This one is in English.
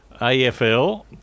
AFL